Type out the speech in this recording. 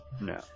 No